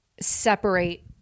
separate